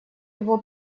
его